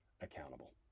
accountable